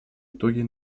итоги